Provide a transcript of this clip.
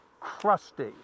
crusty